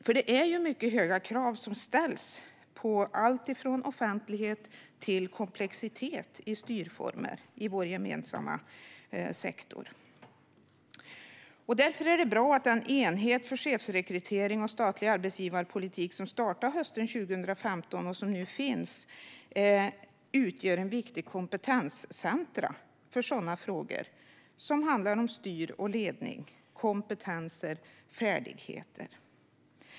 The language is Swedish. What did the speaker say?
Det är nämligen mycket höga krav som ställs, på alltifrån offentlighet till komplexitet i styrformer, i vår gemensamma sektor. Det är därför bra att enheten för chefsrekrytering och statlig arbetsgivarpolitik startade hösten 2015. Den utgör ett viktigt kompetenscentrum för frågor om styrande och ledning, olika kompetenser och färdigheter.